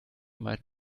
might